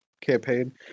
campaign